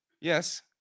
Yes